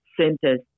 centers